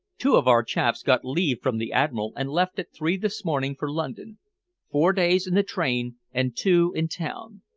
two of our chaps got leave from the admiral and left at three this morning for london four days in the train and two in town!